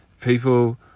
people